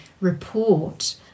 report